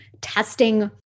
testing